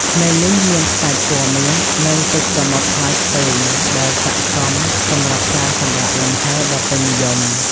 ឆ្នេរនេះមានខ្សាច់ពណ៌មាស និងទឹកសមុទ្រថ្លាឆ្វេង ដែលស័ក្តិសមសម្រាប់ការសម្រាកលំហែដ៏ពេញនិយម។